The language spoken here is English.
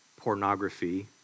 pornography